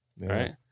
right